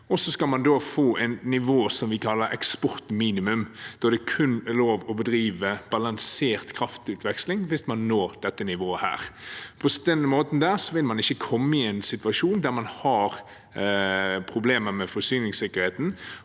Da skal man få et nivå som vi kaller eksportminimum, der det kun er lov til å bedrive balansert kraftutveksling hvis man når dette nivået. På denne måten vil man ikke komme i en situasjon der man har problemer med forsyningssikkerheten,